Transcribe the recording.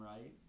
right